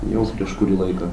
jau prieš kurį laiką